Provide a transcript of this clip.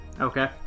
Okay